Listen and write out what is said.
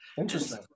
Interesting